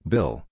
Bill